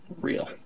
real